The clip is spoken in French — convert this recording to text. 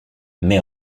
mais